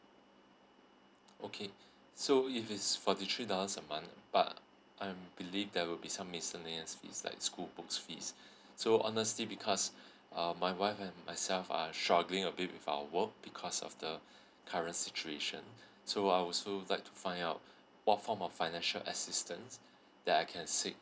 okay so if it's forty three dollars a month but I'm believe there will be some miscellaneous fees like school books fees so honestly because uh my wife and myself are struggling a bit with our work because of the current situation so I also like to find out what form of financial assistance that I can seek